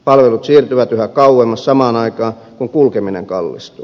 palvelut siirtyvät yhä kauemmas samaan aikaan kun kulkeminen kallistuu